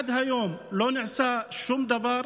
עד היום לא נעשה שום דבר,